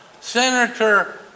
Senator